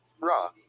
raw